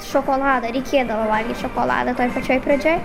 šokoladą reikėdavo valgyt šokoladą toj pačioj pradžioj